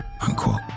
unquote